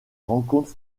rencontre